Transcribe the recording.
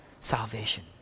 salvation